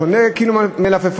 קונה קילו מלפפונים,